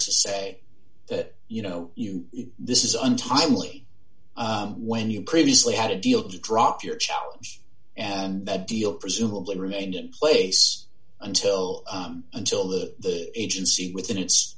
to say that you know you this is untimely when you previously had a deal to drop your challenge and that deal presumably remained in place until until the agency within its